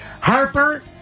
Harper